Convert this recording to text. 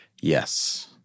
Yes